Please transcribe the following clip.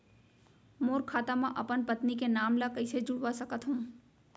मोर खाता म अपन पत्नी के नाम ल कैसे जुड़वा सकत हो?